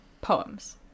poems